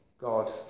God